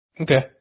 okay